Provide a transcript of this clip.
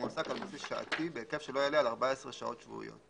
שמועסק על בסיס שעתי בהיקף שלא יעלה על 14 שעות שבועיות.";